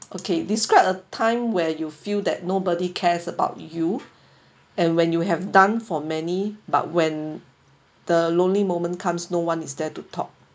okay describe a time where you feel that nobody cares about you and when you have done for many but when the lonely moment comes no one is there to talk